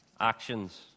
Actions